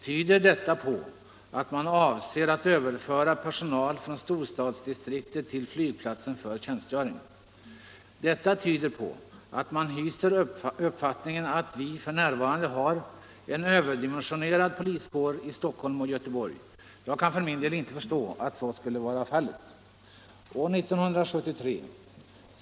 Detta tyder på att man avser att överföra personal från storstadsdistriktet till flygplatsen för tjänstgöring. Det skulle innebära att man hyser uppfattningen att vi f. n. har en överdimensionerad poliskår i Stockholm och Göteborg. Jag kan för min del inte förstå att så skulle vara fallet.